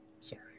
sorry